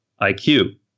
IQ